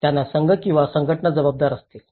त्यांना संघ किंवा संघटना जबाबदार असतील